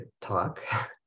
talk